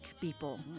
people